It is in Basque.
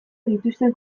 dituzten